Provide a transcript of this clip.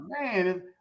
man